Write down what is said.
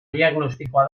diagnostikoa